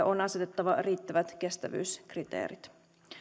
on asetettava riittävät kestävyyskriteerit